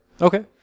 Okay